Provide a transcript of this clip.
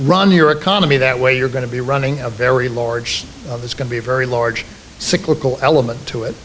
run your economy that way you're going to be running a very large it's going to be a very large cyclical element to it